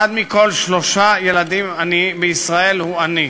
אחד מכל שלושה ילדים בישראל הוא עני.